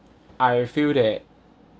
I will feel that